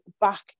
back